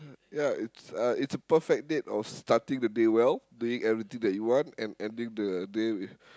ya it's uh it's a perfect date of starting the day well doing everything that you want and ending the day with